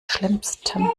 schlimmsten